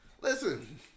Listen